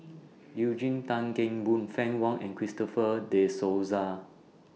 Eugene Tan Kheng Boon Fann Wong and Christopher De Souza